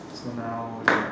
so now got